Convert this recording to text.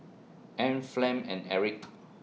Ann Flem and Erik